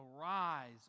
Arise